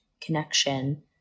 connection